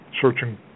searching